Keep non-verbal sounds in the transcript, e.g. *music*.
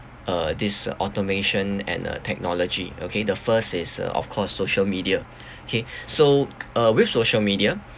uh this automation and uh technology okay the first is uh of course social media *breath* kay *breath* so with social media